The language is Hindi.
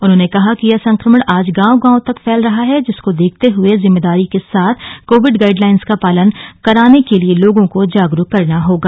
उन्होंने कहा कि यह संक्रमण आज गांव गांव तक फैल रहा है जिसको देखते हुए जिम्मेदारी के साथ कोविड गाइडलाइन्स का पालन कराने के लिए लोगों को जागरूक करना होगा